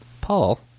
Paul